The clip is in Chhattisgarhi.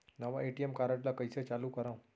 नवा ए.टी.एम कारड ल कइसे चालू करव?